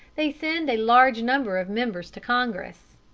they send a large number of members to congress.